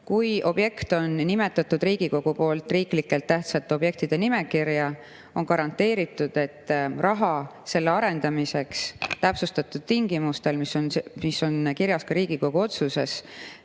Kui objekt on [lisatud] Riigikogu poolt riiklikult tähtsate objektide nimekirja, on garanteeritud, et raha selle arendamiseks täpsustatud tingimustel, mis on kirjas Riigikogu otsuses,